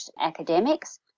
academics